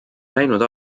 läinud